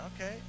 Okay